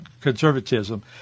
conservatism